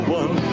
one